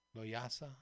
Loyasa